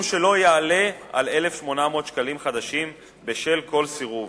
שלא יעלה על 1,800 שקלים חדשים בשל כל סירוב.